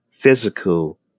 physical